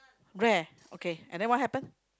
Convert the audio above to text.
rare okay and then what happen